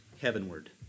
heavenward